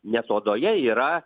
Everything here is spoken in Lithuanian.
nes odoje yra